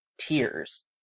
tears